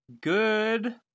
good